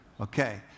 okay